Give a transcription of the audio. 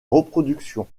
reproduction